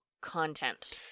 content